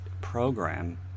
program